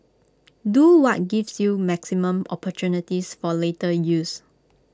do what gives you maximum opportunities for later use